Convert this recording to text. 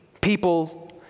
people